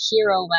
Hero